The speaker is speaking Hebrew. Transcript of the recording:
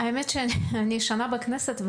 האמת שאני שנה בכנסת,